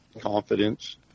confidence